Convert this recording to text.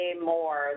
more